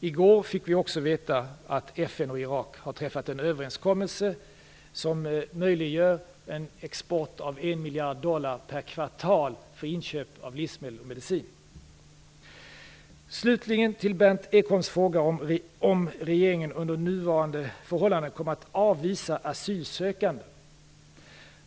I går fick vi också veta att FN och Irak har träffat en överenskommelse som möjliggör export till ett värde av 1 miljard dollar per kvartal för inköp av livsmedel och medicin. Slutligen till Berndt Ekholms fråga om regeringen under nuvarande förhållanden kommer att avvisa asylsökanden.